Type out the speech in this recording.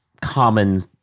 common